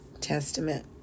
Testament